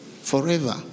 forever